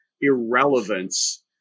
irrelevance